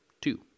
Two